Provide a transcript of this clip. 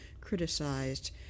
criticized